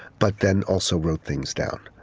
but then also wrote things down.